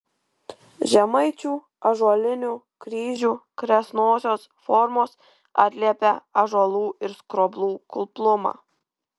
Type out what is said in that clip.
žemaičių ąžuolinių kryžių kresnosios formos atliepia ąžuolų ir skroblų kuplumą